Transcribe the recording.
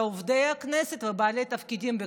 עובדי הכנסת ובעלי תפקידים בכנסת.